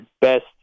best